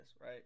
right